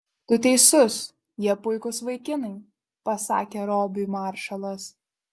tu teisus jie puikūs vaikinai pasakė robiui maršalas